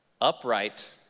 upright